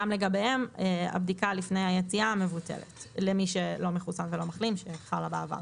גם לגביהם הבדיקה לפני היציאה מבוטלת למי שלא מחוסן ולא מחלים שחלה בעבר